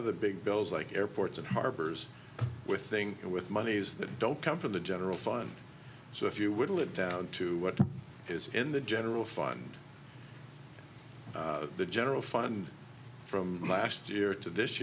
of the big bills like airports and harbors with thing with monies that don't come from the general fund so if you would live down to what is in the general fund the general fund from last year to this